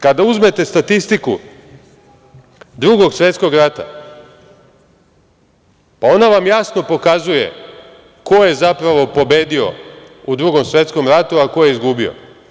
Kada uzmete statistiku Drugog svetskog rata, pa ona vam jasno pokazuje ko je zapravo pobedio u Drugom svetskom ratu, a ko je izgubio.